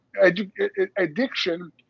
addiction